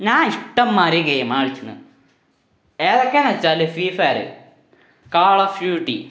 ഞാൻ ഇഷ്ടംമാതിരി ഗെയിം കളിച്ചിന് എതൊക്കെയെന്നു വെച്ചാൽ free fire call of duty